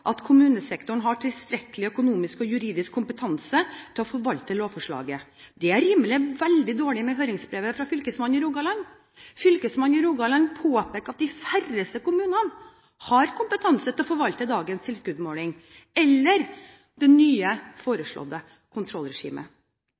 at kommunesektoren har tilstrekkelig økonomisk og juridisk kompetanse til å forvalte lovforslaget. Dette rimer veldig dårlig med høringsbrevet fra Fylkesmannen i Rogaland, som påpeker at de færreste kommunene har kompetanse til å forvalte dagens tilskuddsutmåling eller det nye